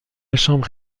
chambre